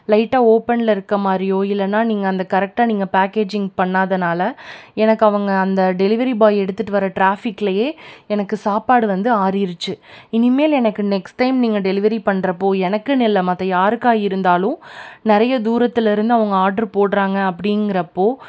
லைட்டாக ஓப்பனில் இருக்கற மாதிரியோ இல்லைன்னா நீங்கள் அந்த கரெக்டாக நீங்கள் பேக்கேஜிங் பண்ணாதனால எனக்கு அவங்க அந்த டெலிவெரி பாய் எடுத்துகிட்டு வர டிராஃபிக்லேயே எனக்கு சாப்பாடு வந்து ஆறிருச்சு இனி மேல் எனக்கு நெக்ஸ்ட் டைம் நீங்கள் டெலிவெரி பண்ணுறப்போ எனக்குன்னு இல்லை மற்ற யாருக்காக இருந்தாலும் நிறைய தூரத்தில் இருந்து அவங்க ஆர்ட்ரு போடுறாங்க அப்படிங்கிறப்போ